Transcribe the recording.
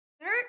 Third